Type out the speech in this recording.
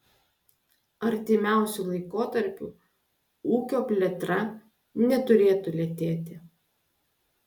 artimiausiu laikotarpiu ūkio plėtra neturėtų lėtėti